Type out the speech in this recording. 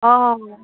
অঁ